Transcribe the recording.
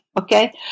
Okay